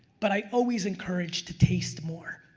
but i always encourage to taste more,